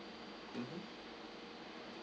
mmhmm